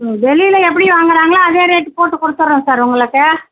ம் வெளியில் எப்படி வாங்குகிறாங்களோ அதே ரோட்டு போட்டு கொடுத்துட்றோம் சார் உங்களுக்கு